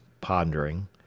pondering